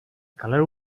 color